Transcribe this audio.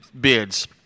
bids